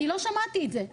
אני לא שמעתי את זה.